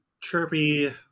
chirpy